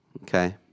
okay